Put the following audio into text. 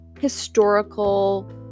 historical